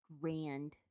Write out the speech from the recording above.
grand